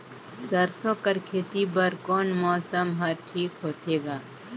सरसो कर खेती बर कोन मौसम हर ठीक होथे ग?